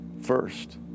first